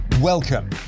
Welcome